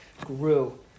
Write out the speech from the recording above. grew